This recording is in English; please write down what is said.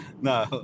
No